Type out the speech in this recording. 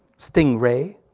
stingray,